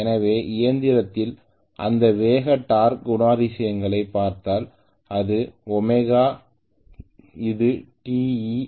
எனவே இயந்திரத்தின் இந்த வேக டார்க் குணாதிசயங்களை பார்த்தால் இது ɷ இது Te